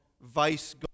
Vice